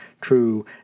true